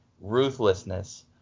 ruthlessness